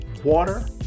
water